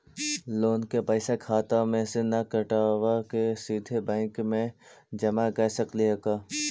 Loan के पैसा खाता मे से न कटवा के सिधे बैंक में जमा कर सकली हे का?